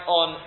on